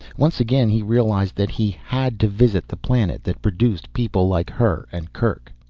once again he realized that he had to visit the planet that produced people like her and kerk.